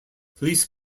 police